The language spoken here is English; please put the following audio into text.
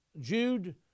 Jude